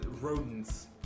rodents